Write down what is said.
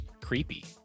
creepy